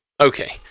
Okay